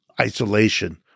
isolation